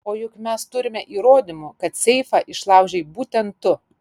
o juk mes turime įrodymų kad seifą išlaužei būtent tu